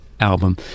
album